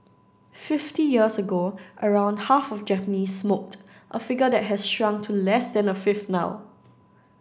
fifty years ago around half of Japanese smoked a figure that has shrunk to less than a fifth now